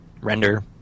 render